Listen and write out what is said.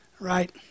Right